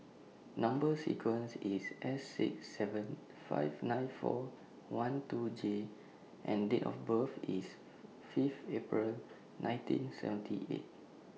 Number sequence IS S six seven five nine four one two J and Date of birth IS Fifth April nineteen seventy eight